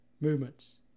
movements